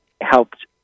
helped